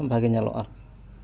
ᱵᱷᱟᱜᱮ ᱧᱮᱞᱚᱜᱼᱟ ᱟᱨᱠᱤ